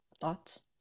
thoughts